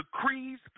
decrees